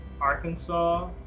Arkansas